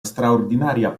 straordinaria